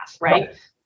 right